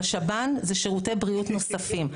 בשב"ן זה שירותי בריאות נוספים.